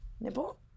nipple